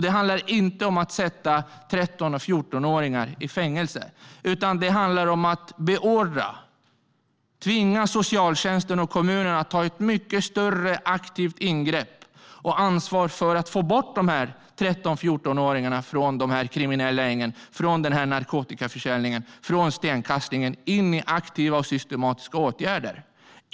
Det handlar inte om att sätta 13 och 14-åringar i fängelse, utan det handlar om att beordra, tvinga, socialtjänsten och kommunerna att ta ett mycket större aktivt initiativ och ansvar för att få bort de här 13 och 14-åringarna från de kriminella gängen, från narkotikaförsäljningen, från stenkastningen och in i aktiva och systematiska åtgärder.